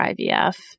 IVF